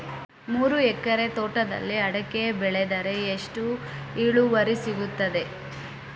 ಮೂರು ಎಕರೆ ತೋಟದಲ್ಲಿ ಅಡಿಕೆ ಬೆಳೆದರೆ ಎಷ್ಟು ಇಳುವರಿ ಸಿಗುತ್ತದೆ?